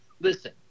listen